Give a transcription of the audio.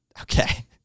Okay